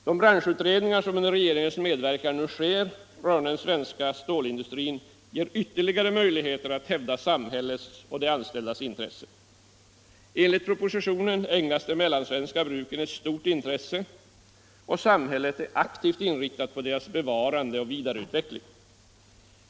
De branschutredningar som under regeringens medverkan nu sker rörande den svenska stålindustrin ger ytterligare möjligheter att hävda samhällets och de anställdas intressen. Enligt propositionen ägnas de mellansvenska bruken ett stort intresse och samhället är aktivt inriktat på deras bevarande och vidareutveckling.